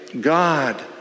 God